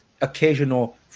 occasional